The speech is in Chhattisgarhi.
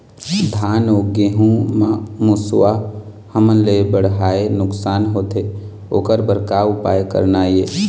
धान अउ गेहूं म मुसवा हमन ले बड़हाए नुकसान होथे ओकर बर का उपाय करना ये?